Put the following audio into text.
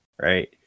right